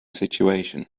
situation